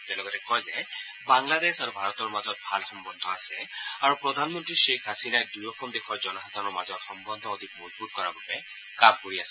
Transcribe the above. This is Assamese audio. তেওঁ লগতে কয় যে বাংলাদেশ আৰু ভাৰতৰ মাজত ভাল সম্বন্ধ আছে আৰু প্ৰধানমন্ত্ৰী শ্বেখ হাছিনাই দুয়ো দেশৰ মাজৰ জনসাধাৰণৰ মাজৰ সম্বন্ধ অধিক মজবূত কৰাৰ বাবে কাম কৰি আছে